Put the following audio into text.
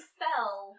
fell